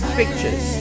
pictures